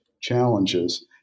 challenges